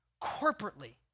corporately